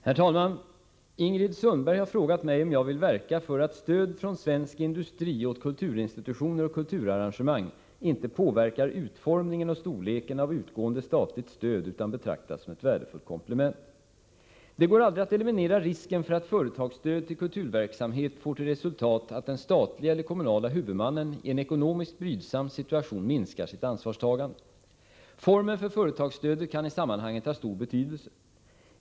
Herr talman! Ingrid Sundberg har frågat mig om jag vill verka för att stöd från svensk industri åt kulturinstitutioner och kulturarrangemang inte påverkar utformningen och storleken av utgående statligt stöd utan betraktas som ett värdefullt komplement. Det går aldrig att eliminera risken för att företagsstöd till kulturverksamhet får till resultat att den statliga eller kommunala huvudmannen i en ekonomiskt brydsam situation minskar sitt ansvarstagande. Formen för företagsstödet kan i sammanhanget ha stor betydelse.